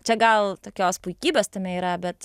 čia gal tokios puikybės tame yra bet